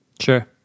Sure